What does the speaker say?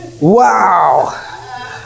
Wow